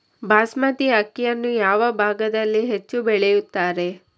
ಬಾಸ್ಮತಿ ಅಕ್ಕಿಯನ್ನು ಯಾವ ಭಾಗದಲ್ಲಿ ಹೆಚ್ಚು ಬೆಳೆಯುತ್ತಾರೆ?